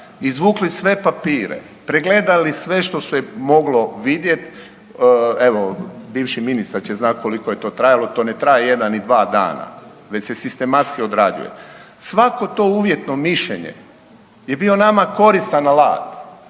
izvukli sve papire, pregledali sve što se moglo vidjeti. Evo bivši ministar će znati koliko je to trajalo. To ne traje jedan i dva dana, već se sistematski odrađuje. Svako to uvjetno mišljenje je bio nama koristan alat